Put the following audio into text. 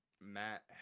Matt